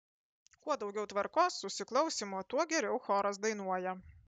kuo daugiau tvarkos susiklausymo tuo geriau choras dainuoja